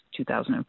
2004